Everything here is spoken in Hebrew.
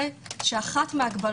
אחת מהן